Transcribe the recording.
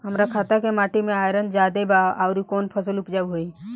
हमरा खेत के माटी मे आयरन जादे बा आउर कौन फसल उपजाऊ होइ?